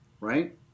Right